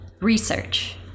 Research